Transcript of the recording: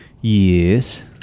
Yes